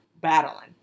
battling